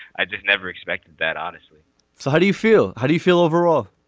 i just never expected that honestly so how do you feel how do you feel overall.